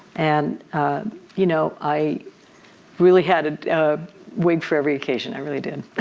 and you know i really had a wig for every occasion, i really did.